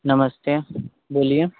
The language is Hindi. नमस्ते बोलिए